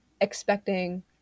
expecting